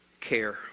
care